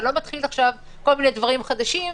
אתה לא יכול להתחיל כל מיני דברים חדשים.